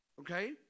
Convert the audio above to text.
okay